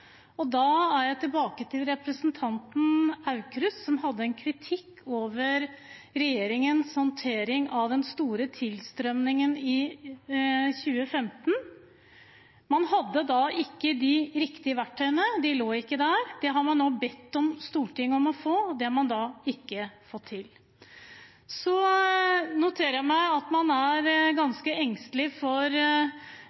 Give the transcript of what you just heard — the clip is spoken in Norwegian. ha. Da er jeg tilbake til representanten Aukrust, som hadde en kritikk av regjeringens håndtering av den store tilstrømmingen i 2015. Man hadde da ikke de riktige verktøyene, de lå ikke der. Det har man nå bedt Stortinget om å få, det har man ikke fått til. Jeg noterer meg at man er